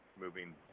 moving